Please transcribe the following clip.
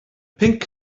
pinc